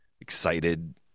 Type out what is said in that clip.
excited